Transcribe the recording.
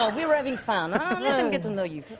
ah we're we're having fun let them get to know you